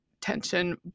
tension